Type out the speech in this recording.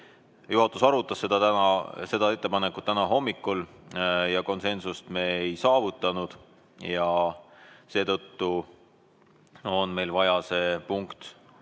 Juhatus arutas seda ettepanekut täna hommikul, kuid konsensust me ei saavutanud ja seetõttu on meil vaja see punkt